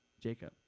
Jacob